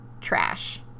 trash